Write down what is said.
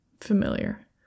familiar